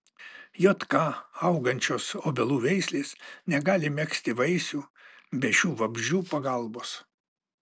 jk augančios obelų veislės negali megzti vaisių be šių vabzdžių pagalbos